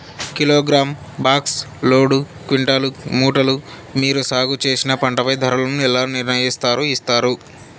Kilogram, box, load, quintal, మూటలు మీరు సాగు చేసిన పంటపై ధరలను ఎలా నిర్ణయిస్తారు యిస్తారు?